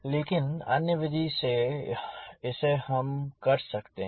लेकिन अन्य विधि से इसे हम कर सकते हैं